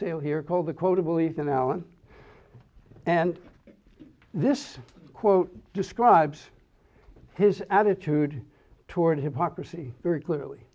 sale here called the quotable ethan allen and this quote describes his attitude toward hypocrisy very clearly